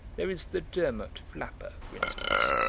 there is the durmot flapper, for instance,